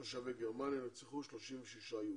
תושבי גרמניה נרצחו 36 יהודים.